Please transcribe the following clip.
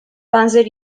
benzer